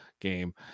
game